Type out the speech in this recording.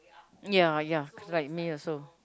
ya ya cause like me also